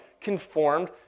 conformed